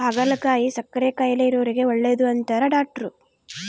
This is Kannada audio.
ಹಾಗಲಕಾಯಿ ಸಕ್ಕರೆ ಕಾಯಿಲೆ ಇರೊರಿಗೆ ಒಳ್ಳೆದು ಅಂತಾರ ಡಾಟ್ರು